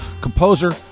composer